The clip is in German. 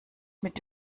mit